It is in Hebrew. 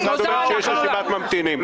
המשרד אומר שיש רשימת ממתינים.